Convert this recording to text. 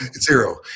Zero